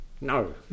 No